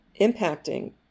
impacting